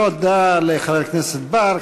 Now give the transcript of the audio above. תודה לחבר הכנסת בר.